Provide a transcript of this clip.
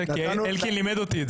כי אלקין לימד אותי את זה.